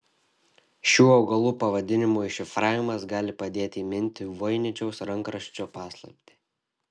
šių augalų pavadinimų iššifravimas gali padėti įminti voiničiaus rankraščio paslaptį